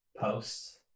posts